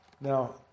Now